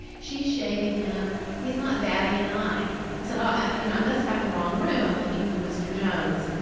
she's shaving him. he's not batting an eye. i said, ah you know i must have the wrong room. i'm looking for mr. jones.